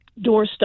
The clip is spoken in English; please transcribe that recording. doorstop